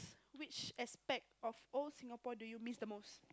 which aspect of old Singapore do you miss the most